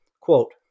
quote